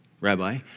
rabbi